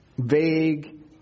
vague